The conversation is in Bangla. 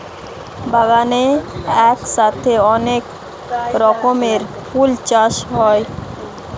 বাগানে একসাথে অনেক রকমের ফল চাষ হয়